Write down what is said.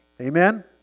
Amen